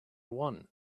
one